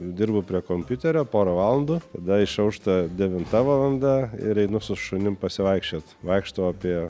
dirbu prie kompiuterio porą valandų tada išaušta devinta valanda ir einu su šunim pasivaikščiot vaikštau apie